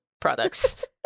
products